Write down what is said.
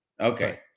Okay